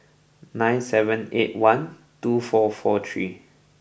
nine seven eight one two four four three